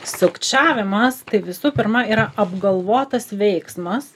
sukčiavimas tai visų pirma yra apgalvotas veiksmas